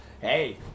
hey